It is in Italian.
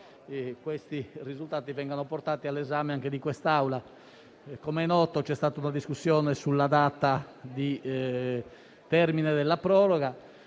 che i risultati vengano portati anche all'esame di quest'Assemblea. Com'è noto, c'è stata una discussione sulla data di termine della proroga,